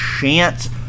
chance